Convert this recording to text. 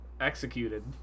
executed